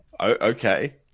okay